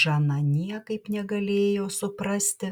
žana niekaip negalėjo suprasti